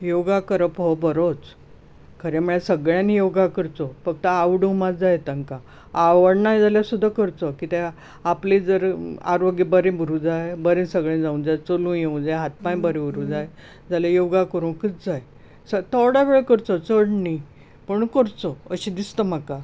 योगा करप हो बरोच खरें म्हळ्यार सगळ्यांनी योगा करचो फक्त आवडू मात जाय तांकां आवडना जाल्यार सुद्दां करचो कित्याक आपलें जर आरोग्य बरें उरूं जाय बरें सगळें जावूंक जाय चलूंक जावूं जाय हात पांय बरें उरूं जाय जाल्यार योगा करूंकूच जाय थोडो वेळ करचो चड न्ही पूण करचो अशें दिसता म्हाका